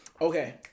okay